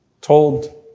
told